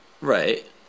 Right